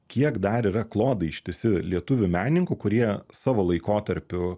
kiek dar yra klodai ištisi lietuvių menininkų kurie savo laikotarpiu